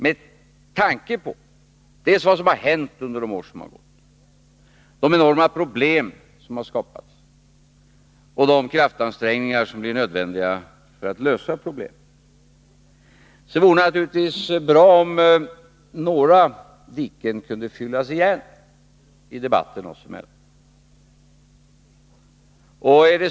Med tanke på vad som har hänt under de år som har gått, de enorma problem som har skapats och de kraftansträngningar som blir nödvändiga för att lösa problemen, vore det bra om några diken kunde fyllas igen i debatten oss emellan.